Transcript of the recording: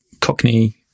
Cockney